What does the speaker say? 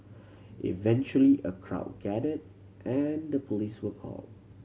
eventually a crowd gathered and the police were called